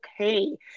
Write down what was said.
okay